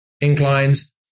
inclines